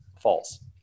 false